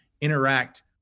interact